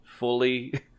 fully